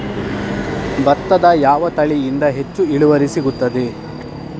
ಭತ್ತದ ಯಾವ ತಳಿಯಿಂದ ಹೆಚ್ಚು ಇಳುವರಿ ಸಿಗುತ್ತದೆ?